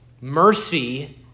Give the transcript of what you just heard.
Mercy